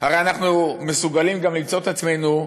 הרי אנחנו מסוגלים גם למצוא את עצמנו,